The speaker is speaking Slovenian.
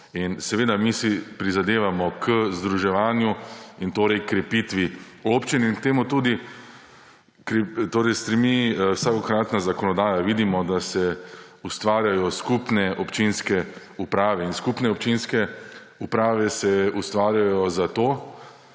In seveda si mi prizadevamo k združevanju in h krepitvi občin. In k temu tudi stremi vsakokratna zakonodaja, vidimo, da se ustvarjajo skupne občinske uprave. In skupne občinske uprave se ustvarjajo zato,